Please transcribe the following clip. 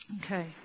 Okay